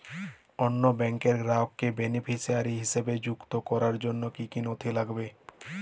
অন্য ব্যাংকের গ্রাহককে বেনিফিসিয়ারি হিসেবে সংযুক্ত করার জন্য কী কী নথি লাগবে?